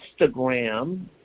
Instagram